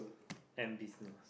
and business